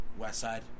Westside